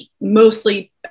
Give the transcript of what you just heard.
mostly